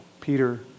Peter